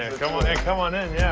and come on in, come on in. yeah